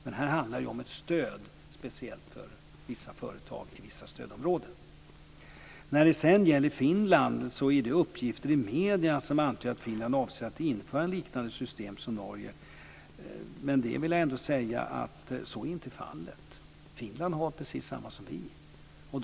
Men här handlar det om ett speciellt stöd till vissa företag i vissa stödområden. Det är uppgifter i medierna som antyder att Finland avser att införa ett liknande system som Norge. Jag vill säga att så inte är fallet. Finland har precis samma system som vi.